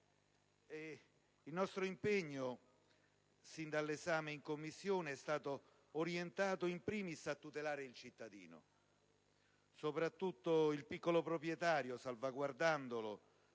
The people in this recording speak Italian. Il nostro impegno, sin dall'esame in Commissione, è stato orientato *in primis* a tutelare il cittadino - soprattutto il piccolo proprietario - salvaguardandolo